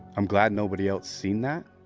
i'm glad nobody else seen that,